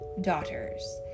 daughters